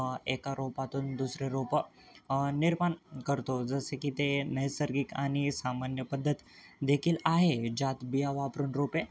एका रोपातून दुसरे रोपं निर्माण करतो जसे की ते नैसर्गिक आणि सामान्य पद्धत देखील आहे ज्यात बिया वापरून रोपे